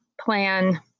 plan